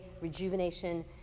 rejuvenation